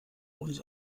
uns